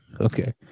okay